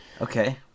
okay